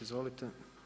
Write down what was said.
Izvolite.